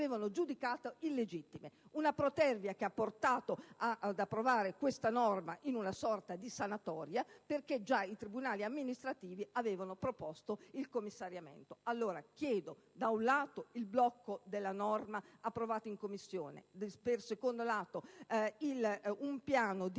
giudicato illegittime; una protervia che ha portato ad approvare l'articolo 1, comma 4-*ter*, come una sorta di sanatoria, perché già i tribunali amministrativi avevano proposto il commissariamento. Chiedo quindi da un lato il blocco della norma approvata in Commissione e dall'altro un piano di